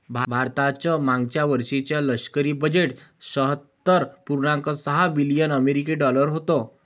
भारताचं मागच्या वर्षीचे लष्करी बजेट शहात्तर पुर्णांक सहा बिलियन अमेरिकी डॉलर होतं